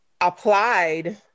applied